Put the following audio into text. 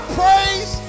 praise